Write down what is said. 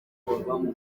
wiciwe